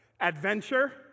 adventure